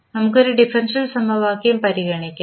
നമുക്ക് ഒരു ഡിഫറൻഷ്യൽ സമവാക്യം പരിഗണിക്കാം